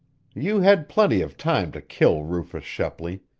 you had plenty of time to kill rufus shepley.